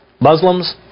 Muslims